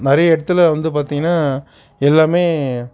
நிறைய இடத்துல வந்து பார்த்தீங்னா எல்லாமே